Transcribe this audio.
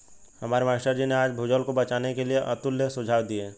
हमारे मास्टर जी ने आज भूजल को बचाने के लिए अतुल्य सुझाव दिए